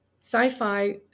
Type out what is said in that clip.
sci-fi